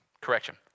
Correction